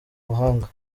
mahanga